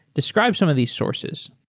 describe some of these sources.